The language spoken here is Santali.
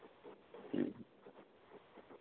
ᱦᱮᱸ